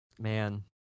man